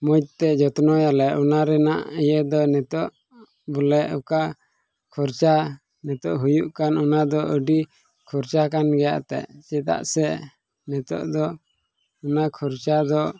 ᱢᱚᱡᱽ ᱛᱮ ᱡᱚᱛᱱᱚᱭᱟᱞᱮ ᱚᱱᱟ ᱨᱮᱭᱟᱜ ᱤᱭᱟᱹ ᱫᱚ ᱱᱤᱛᱚᱜ ᱵᱚᱞᱮ ᱚᱠᱟ ᱠᱷᱚᱨᱪᱟ ᱱᱤᱛᱚᱜ ᱦᱩᱭᱩᱜ ᱠᱟᱱ ᱚᱱᱟ ᱫᱚ ᱟᱹᱰᱤ ᱠᱷᱚᱨᱪᱟ ᱠᱟᱱ ᱜᱮᱭᱟ ᱮᱱᱛᱮᱫ ᱪᱮᱫᱟᱜ ᱥᱮ ᱱᱤᱛᱚᱜ ᱫᱚ ᱚᱱᱟ ᱠᱷᱚᱨᱪᱟ ᱫᱚ